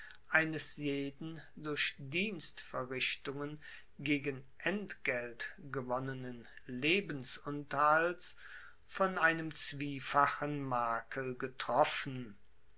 eines jeden durch dienstverrichtungen gegen entgelt gewonnenen lebensunterhalts von einem zwiefachen makel getroffen